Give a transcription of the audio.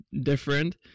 different